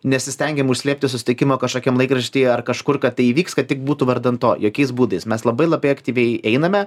nesistengiam užslėpti susitikimo kažkokiam laikraštyje ar kažkur kad tai įvyks tik būtų vardan to jokiais būdais mes labai labai aktyviai einame